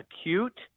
acute